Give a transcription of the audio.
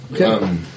Okay